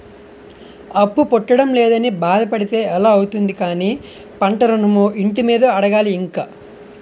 అప్పు పుట్టడం లేదని బాధ పడితే ఎలా అవుతుంది కానీ పంట ఋణమో, ఇంటి మీదో అడగాలి ఇంక